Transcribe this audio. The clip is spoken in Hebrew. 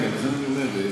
אני אומר,